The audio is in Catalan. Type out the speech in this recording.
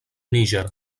níger